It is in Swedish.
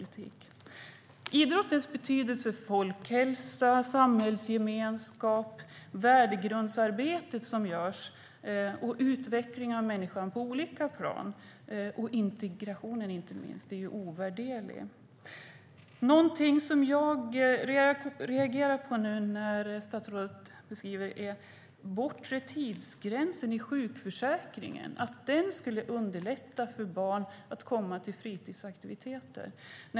Idrottens betydelse för folkhälsa, samhällsgemenskap, det värdegrundsarbete som görs, utveckling av människan på olika plan och inte minst integrationen är ovärderlig. Någonting jag reagerar på nu när statsrådet beskriver läget är att den bortre tidsgränsen i sjukförsäkringen skulle underlätta för barn att komma till fritidsaktiviteter.